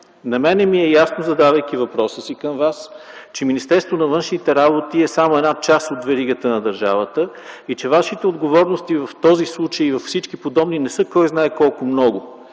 На мен ми е ясно, задавайки въпроса си към Вас, че Министерството на външните работи е само една част от веригата на държавата и вашите отговорности в този и във всички подобни случаи не са кой знае колко много.